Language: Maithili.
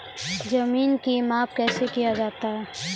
जमीन की माप कैसे किया जाता हैं?